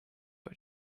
but